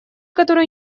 которую